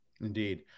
Indeed